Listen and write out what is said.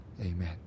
Amen